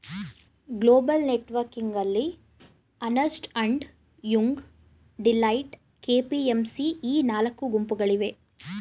global ನೆಟ್ವರ್ಕಿಂಗ್ನಲ್ಲಿ Ernst and Young, Deloitte, KPMC ಈ ನಾಲ್ಕು ಗುಂಪುಗಳಿವೆ